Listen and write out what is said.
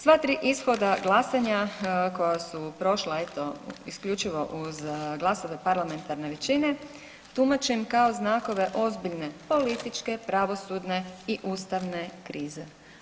Sva tri ishoda glasanja koja su prošla eto isključivo uz glasove parlamentarne većine tumačim kao znakove ozbiljne političke, pravosudne i ustavne krize.